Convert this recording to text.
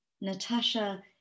Natasha